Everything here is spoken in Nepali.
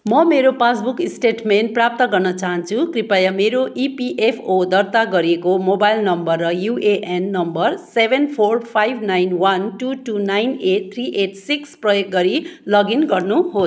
म मेरो पासबुक स्टेटमेन्ट प्राप्त गर्न चाहन्छु कृपया मेरो इपिएफओ दर्ता गरिएको मोबाइल नम्बर र UAN number seven four five nine one two two nine eight three eight six प्रयोग गरी लगइन गर्नुहोस्